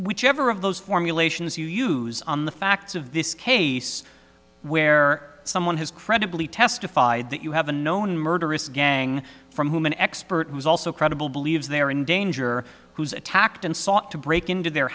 whichever of those formulations you use on the facts of this case where someone has credibly testified that you have a known murderous gang from whom an expert who's also credible believes they're in danger who's attacked and sought to break into their